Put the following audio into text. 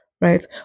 right